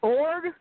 org